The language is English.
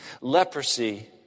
leprosy